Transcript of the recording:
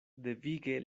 devige